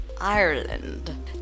Ireland